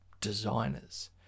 designers